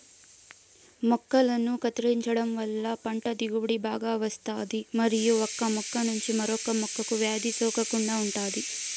మొక్కలను కత్తిరించడం వలన పంట దిగుబడి బాగా వస్తాది మరియు ఒక మొక్క నుంచి మరొక మొక్కకు వ్యాధి సోకకుండా ఉంటాది